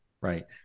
Right